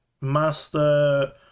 Master